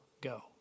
go